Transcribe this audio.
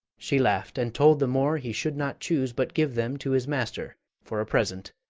she laugh'd, and told the moor he should not choose but give them to his master for a present.